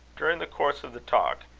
during the course of the talk,